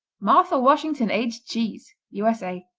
martha washington aged cheese u s a.